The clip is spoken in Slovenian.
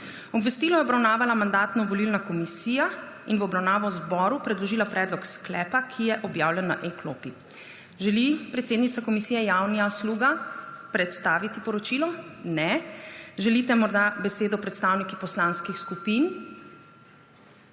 Obvestilo je obravnavala Mandatno-volilna komisija in v obravnavo zboru predložila predlog sklepa, ki je objavljen na e-klopi. Želi predsednica komisije Janja Sluga predstaviti poročilo? Ne. Želite morda besedo predstavniki poslanskih skupin?